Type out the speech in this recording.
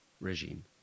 regime